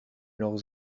leurs